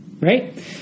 right